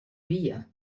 via